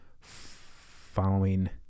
following